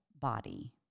body